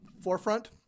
forefront